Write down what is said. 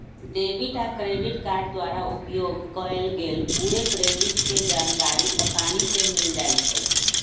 debit आ credit card द्वारा उपयोग कएल गेल पूरे क्रेडिट के जानकारी असानी से मिल जाइ छइ